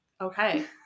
okay